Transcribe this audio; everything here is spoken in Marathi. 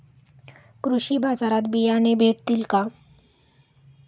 कृषी बाजारात बियाणे भेटतील का?